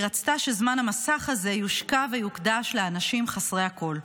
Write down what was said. היא רצתה שזמן המסך הזה יושקע ויוקדש לאנשים חסרי הקול.